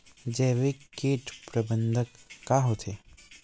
जैविक कीट प्रबंधन का होथे?